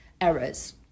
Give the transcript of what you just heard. errors